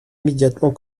immédiatement